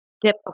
dip